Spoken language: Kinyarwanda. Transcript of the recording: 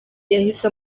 yahise